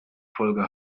folge